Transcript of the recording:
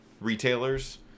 Retailers